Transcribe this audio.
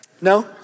No